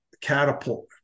catapult